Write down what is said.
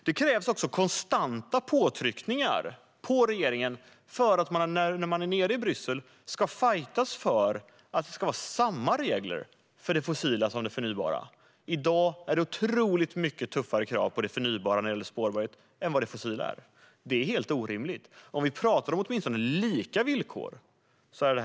Det krävs också konstanta påtryckningar på regeringen för att man när man är nere i Bryssel ska fajtas för att det ska vara samma regler för det fossila som det förnybara. I dag är det otroligt mycket tuffare krav på det förnybara när det gäller spårbarhet än vad det är på det fossila. Det är helt orimligt. Ett grundkrav skulle vara att det åtminstone är lika villkor.